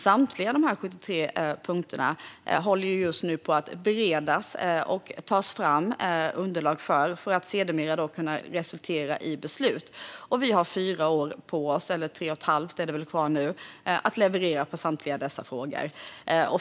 Samtliga 73 punkter håller just nu på att beredas och tas fram underlag för, för att det sedermera ska kunna resultera i beslut. Vi har tre och ett halvt år på oss att leverera på samtliga dessa punkter.